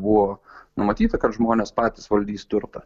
buvo numatyta kad žmonės patys valdys turtą